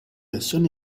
versioni